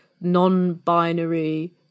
non-binary